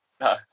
No